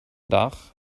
dach